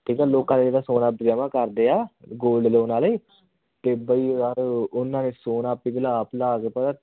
ਕਈ ਵਾਰ ਲੋਕਾਂ ਨੇ ਜਿਹੜਾ ਸੋਨਾ ਜਮ੍ਹਾ ਕਰਦੇ ਆ ਗੋਲਡ ਲੋਨ ਵਾਲੇ ਅਤੇ ਬਈ ਯਾਰ ਉਹਨਾਂ ਨੇ ਸੋਨਾ ਪਿਘਲਾ ਪਿਘਲਾ ਕੇ ਪਤਾ